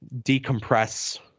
decompress